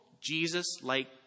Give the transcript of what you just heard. Jesus-like